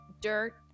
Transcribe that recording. dirt